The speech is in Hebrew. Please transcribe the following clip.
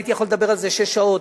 הייתי יכול לדבר על זה שש שעות,